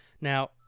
now